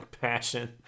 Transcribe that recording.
passion